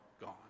gone